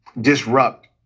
disrupt